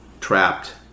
trapped